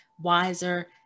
wiser